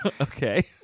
Okay